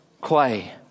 clay